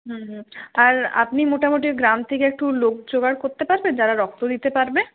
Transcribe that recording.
হুম হুম আর আপনি মোটামোটি গ্রাম থেকে একটু লোক জোগাড় করতে পারবেন যারা রক্ত দিতে পারবে